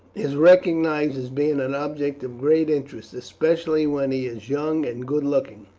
is recognized as being an object of great interest, especially when he is young and good looking.